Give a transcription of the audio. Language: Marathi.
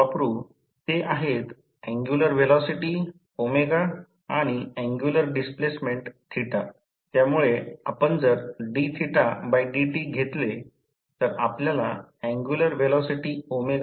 8 शक्ती घटक आणि x 1 आहे म्हणून ते येथे दर्शविले जात नाही परंतु 1 ने गुणाकार केले आहे ते समान मूल्याद्वारे विभाजित केले गेले आहेत iron loss copper loss Wi W c